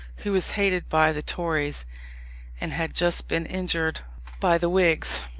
who was hated by the tories and had just been injured by the whigs.